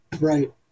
Right